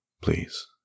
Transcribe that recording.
please